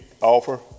offer